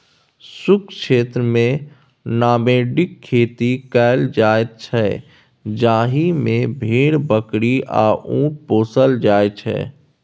शुष्क क्षेत्रमे नामेडिक खेती कएल जाइत छै जाहि मे भेड़, बकरी आ उँट पोसल जाइ छै